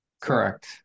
Correct